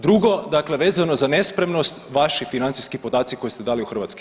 Drugo, dakle vezano za nespremnost, vaši financijski podaci koje ste dali u HS.